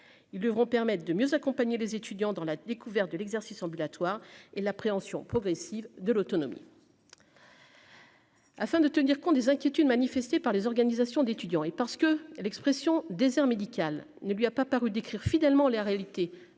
ils devront permettent de mieux accompagner les étudiants dans la découverte de l'exercice ambulatoire et la préemption progressive de l'autonomie. Afin de tenir compte des inquiétudes manifestées par les organisations d'étudiants et parce que l'expression désert médical ne lui a pas paru décrire fidèlement la réalité